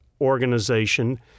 organization